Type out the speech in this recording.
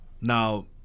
now